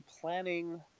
planning